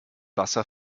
wasser